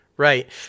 Right